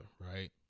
right